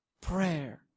prayer